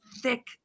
thick